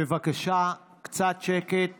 בבקשה קצת שקט